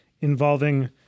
involving